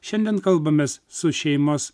šiandien kalbamės su šeimos